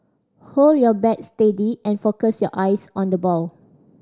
hold your bat steady and focus your eyes on the ball